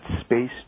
space